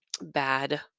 bad